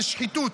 זה שחיתות.